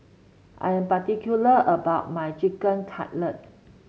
I am particular about my Chicken Cutlet